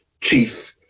chief